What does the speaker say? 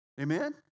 Amen